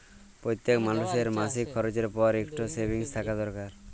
প্যইত্তেক মালুসের মাসিক খরচের পর ইকট সেভিংস থ্যাকা দরকার